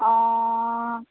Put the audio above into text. অঁ